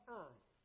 earth